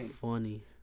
funny